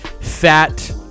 Fat